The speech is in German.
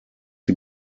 die